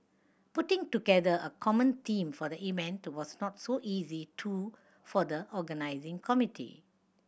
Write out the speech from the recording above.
putting together a common theme for the event was not so easy too for the organising committee